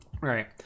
Right